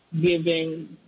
giving